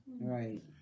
right